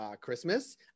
Christmas